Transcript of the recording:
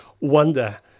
wonder